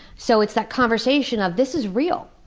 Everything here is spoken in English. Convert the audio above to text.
so, it's that conversation of, this is real.